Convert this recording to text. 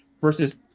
versus